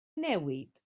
newid